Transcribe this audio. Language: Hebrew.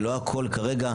ולא הכל כרגע,